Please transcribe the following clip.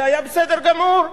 זה היה בסדר גמור,